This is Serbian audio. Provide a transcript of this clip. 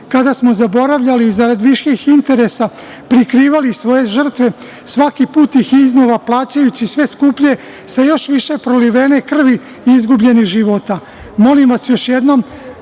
kada smo zaboravljali i zarad viših interesa prikrivali svoje žrtve, svaki put ih iznova plaćajući sve skuplje, sa još više prolivene krvi i izgubljenih života. Molim vas još jednom